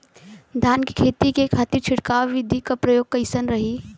धान के खेती के खातीर छिड़काव विधी के प्रयोग कइसन रही?